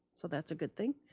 so that's a good thing.